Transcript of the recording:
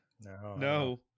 No